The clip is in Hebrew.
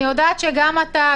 אני יודעת שגם אתה,